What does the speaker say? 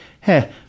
hey